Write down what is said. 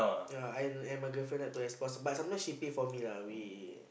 ya I and my girlfriend like to explore also but sometimes she pay for me lah we